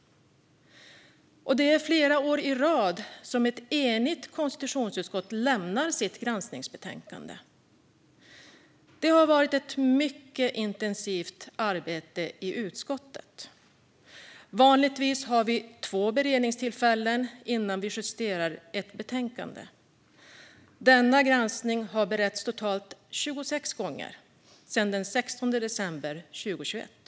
Det är ett enigt konstitutionsutskott som lämnar sitt granskningsbetänkande - så har det varit flera år i rad. Det har varit ett mycket intensivt arbete i utskottet. Vanligtvis har vi två beredningstillfällen innan vi justerar ett betänkande. Denna granskning har beretts totalt 26 gånger sedan den 16 december 2021.